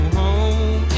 home